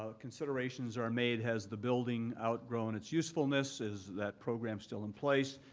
ah considerations are made, has the building outgrown its usefulness, is that program still in place.